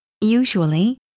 Usually